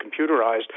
computerized